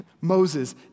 Moses